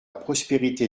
prospérité